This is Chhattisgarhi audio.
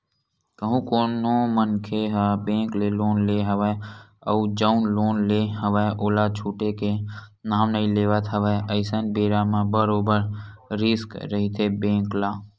कहूँ कोनो मनखे ह बेंक ले लोन ले हवय अउ जउन लोन ले हवय ओला छूटे के नांव नइ लेवत हवय अइसन बेरा म बरोबर रिस्क रहिथे बेंक ल